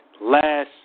last